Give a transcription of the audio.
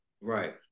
Right